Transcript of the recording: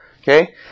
Okay